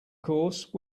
course